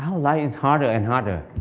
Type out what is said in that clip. life is harder and harder.